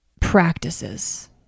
practices